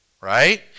Right